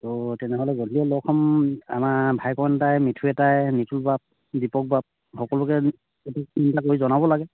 ত' তেনেহ'লে গধূলিয়ে লগ হ'ম আমাৰ ভাইকন আতা মিথু আতাই নিতুল বাপ দীপক বাপ সকলোকে ফোন এটা কৰি জনাব লাগে